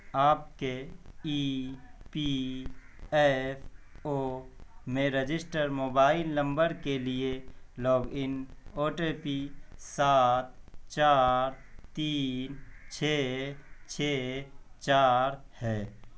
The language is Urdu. آپ کے ای پی ایف او میں رجسٹر موبائل نمبر کے لیے log in O T P سات چار تین چھ چھ چار ہے